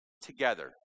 together